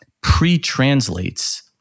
pre-translates